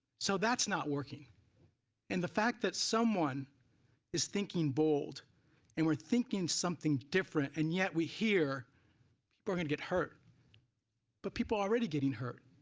so that's not working and the fact that someone is thinking bold and we're thinking something different and yet we hear we're going to get hurt but people are already getting hurt.